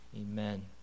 Amen